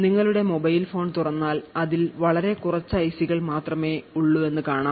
നിങ്ങളുടെ mobile phone തുറന്നാൽ അതിൽ വളരെ കുറച്ച് ഐസികൾ മാത്രമേ ഉള്ളൂവെന്ന് കാണാം